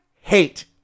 hate